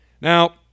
Now